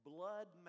Blood